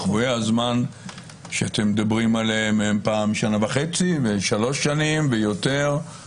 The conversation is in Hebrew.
קבועי הזמן שאתם מדברים עליהם הם פעם שנה וחצי ו-3 שנים ויותר.